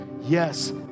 yes